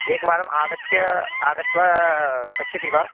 एकवारम् आगत्य आगत्य पश्यति वा